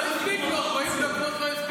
לא הספיקו לו 40 דקות.